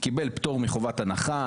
קיבל פטור מחובת הנחה,